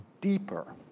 deeper